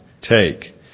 take